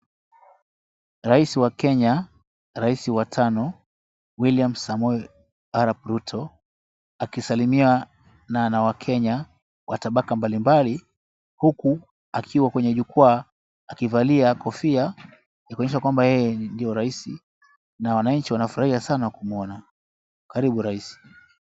Raisi wa Kenya, raisi wa tano, William Samoei Arap Ruto akisalimiana na wakenya wa tabaka mbalimbali huku akiwa kwenye jukwaa akivalia kofia ya kuonyesha kwamba yeye ndio raisi na wananchi wanafurahia sana kumuona. Karibu rais.